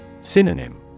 Synonym